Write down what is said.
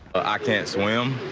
i can't swim.